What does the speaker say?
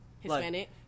Hispanic